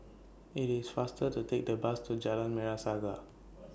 IT IS faster to Take The Bus to Jalan Merah Saga